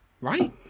right